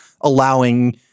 allowing